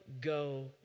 go